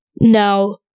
now